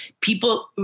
people